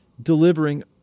delivering